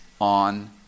on